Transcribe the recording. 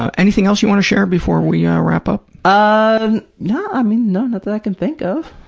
ah anything else you want to share before we ah wrap up? um no. i mean, no, not that i can think of.